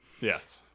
yes